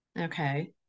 Okay